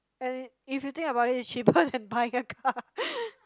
and if you think about it it's cheaper than buying a car